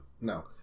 no